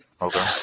Okay